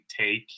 take